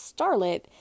starlet